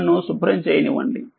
నన్ను శుభ్రం చేయనివ్వండి